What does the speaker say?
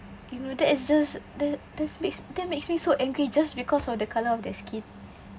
you know that is just the that's makes that makes me so angry just because of the colour of their skin